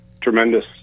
tremendous